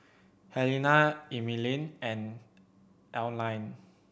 Helena Emeline and Aline